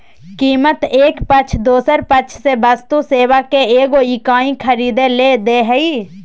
कीमत एक पक्ष दोसर पक्ष से वस्तु सेवा के एगो इकाई खरीदय ले दे हइ